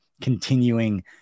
continuing